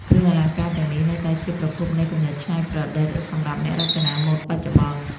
គ្រឿងអលង្ការទាំងនេះនៅតែជាប្រភពនៃគំនិតច្នៃប្រឌិតសម្រាប់អ្នករចនាម៉ូដបច្ចុប្បន្ន។